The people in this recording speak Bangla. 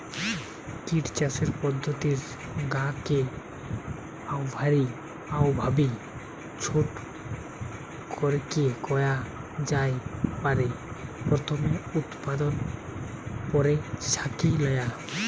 কিট চাষের পদ্ধতির গা কে অউভাবি ছোট করিকি কয়া জাই পারে, প্রথমে উতপাদন, পরে ছাকি লয়া